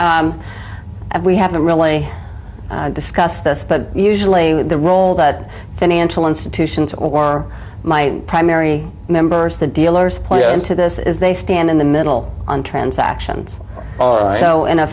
that we haven't really discussed this but usually the role that financial institutions or my primary members the dealers point to this is they stand in the middle on transactions so in a